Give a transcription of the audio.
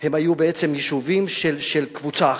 הם היו בעצם יישובים של קבוצה אחת.